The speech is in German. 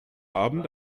abend